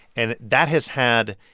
and that has had,